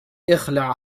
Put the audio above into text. إخلع